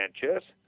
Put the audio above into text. Sanchez